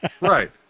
Right